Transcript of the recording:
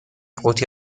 قوطی